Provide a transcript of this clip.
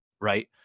right